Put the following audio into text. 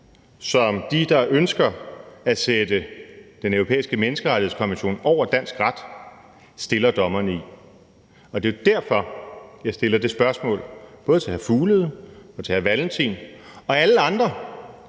som de, der ønsker at sætte Den Europæiske Menneskerettighedskonvention over dansk ret, stiller dommerne i, og det er jo derfor, jeg stiller det spørgsmål både til hr. Mads Fuglede og til hr. Carl Valentin og alle andre,